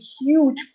huge